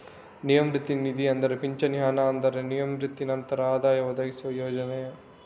ನಿವೃತ್ತಿ ನಿಧಿ ಅಂದ್ರೆ ಪಿಂಚಣಿ ಹಣ ಅಂದ್ರೆ ನಿವೃತ್ತಿ ನಂತರ ಆದಾಯ ಒದಗಿಸುವ ಯೋಜನೆ